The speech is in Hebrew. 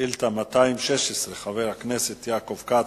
שאילתא מס' 216, של חבר הכנסת יעקב כץ,